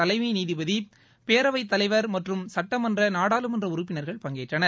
தலைமை நீதிபதி பேரவைத்தலைவர் மற்றும் சட்டமன்ற நாடாளுமன்ற உறுப்பினர்கள் பங்கேற்றனர்